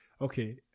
okay